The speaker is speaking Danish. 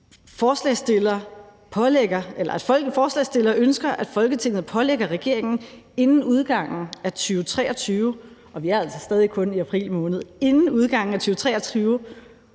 at forslagsstillerne ønsker, at Folketinget pålægger regeringen inden udgangen af 2023 – og vi er altså stadig kun i april måned, og vi har